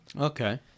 Okay